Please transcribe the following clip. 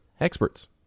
experts